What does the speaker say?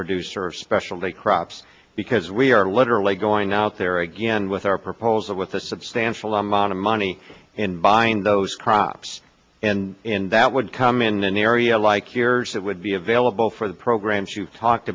producer of specialty crops because we are literally going out there again with our proposal with a substantial amount of money in buying those crops and in that would come in an area like yours that would be available for the programs you've talked